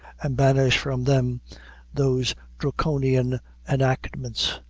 and banish from them those draconian enactments,